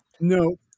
No